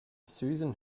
susan